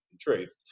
truth